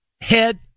head